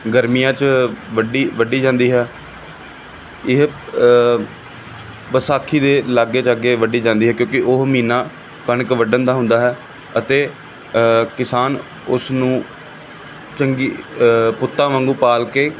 ਗਰਮੀਆਂ 'ਚ ਵੱਢੀ ਵੱਢੀ ਜਾਂਦੀ ਹੈ ਇਹ ਵਿਸਾਖੀ ਦੇ ਲਾਗੇ ਛਾਗੇ ਵੱਢੀ ਜਾਂਦੀ ਹੈ ਕਿਉਂਕਿ ਉਹ ਮਹੀਨਾ ਕਣਕ ਵੱਢਣ ਦਾ ਹੁੰਦਾ ਹੈ ਅਤੇ ਕਿਸਾਨ ਉਸਨੂੰ ਚੰਗੀ ਪੁੱਤਾਂ ਵਾਂਗੂੰ ਪਾਲ ਕੇ